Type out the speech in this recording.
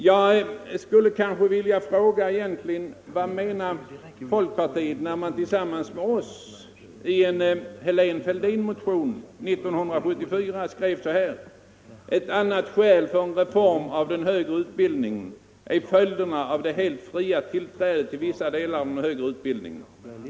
Jag måste fråga vad folkpartiet menade när man tillsammans med oss i en Helén-Fälldin-motion 1974 skrev så här: ”Ett annat skäl för en reform av den högre utbildningen är följderna av det helt fria tillträdet till vissa delar av den högre utbildningen.